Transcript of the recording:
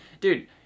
Dude